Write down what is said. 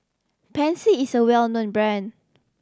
Pansy is a well known brand